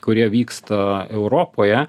kurie vyksta europoje